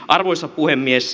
arvoisa puhemies